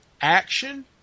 action